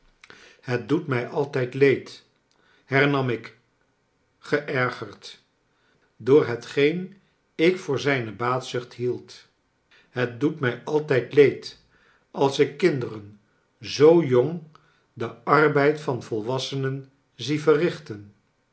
het doet mij altijd leed hernam ik geergerd door hetgeen ik voor zijne baatzucht hield het doet mij altijd leed als ik kinderen zoo jong den arbeid van volwassenen zie verrichten